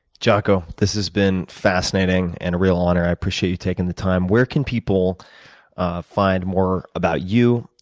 jocko, this has been fascinating and a real honor. i appreciate you taking the time. where can people find more about you,